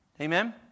Amen